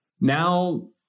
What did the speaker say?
Now